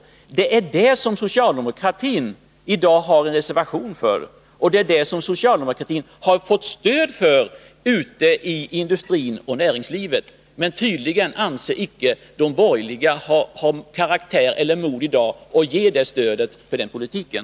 Det är detta som socialdemokratin i dag har en reservation för, och det är detta som socialdemokratin har fått stöd för ute i industrin och näringslivet. Men tydligen anser sig icke de borgerliga ha mod att i dag ge sitt stöd för den politiken.